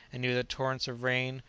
and knew that torrents of rain,